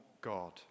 God